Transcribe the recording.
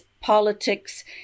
politics